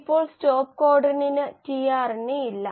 ഇപ്പോൾ സ്റ്റോപ്പ് കോഡണിന് tRNA ഇല്ല